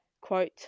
quote